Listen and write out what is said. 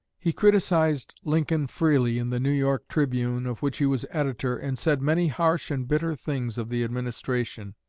he criticized lincoln freely in the new york tribune, of which he was editor, and said many harsh and bitter things of the administration.